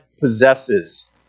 possesses